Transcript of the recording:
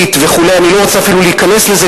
וכו' אני לא רוצה אפילו להיכנס לזה,